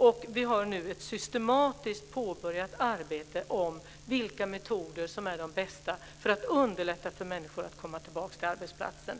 Och vi har nu ett systematiskt påbörjat arbete om vilka metoder som är de bästa när det gäller att underlätta för människor att komma tillbaka till arbetsplatsen.